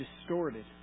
distorted